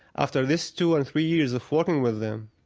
after this two and three years of working with them,